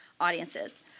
audiences